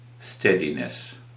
steadiness